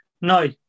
No